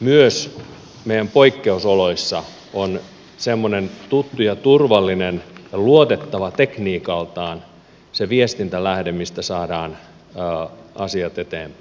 myös meidän poikkeusoloissa semmoinen tuttu ja turvallinen ja luotettava tekniikaltaan se viestintälähde mistä saadaan asiat eteenpäin